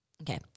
Okay